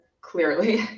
clearly